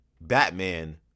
Batman